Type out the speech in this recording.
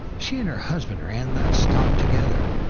she and her husband ran that stop together,